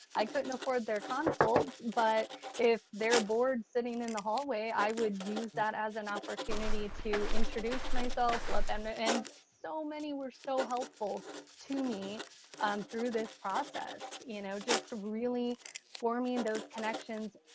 i couldn't afford their consults, but if they're bored sitting in the hallway, i would use that as an opportunity to introduce myself, let them know. and so many were so helpful to me um through this process. you know just really forming those connections,